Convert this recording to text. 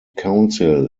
council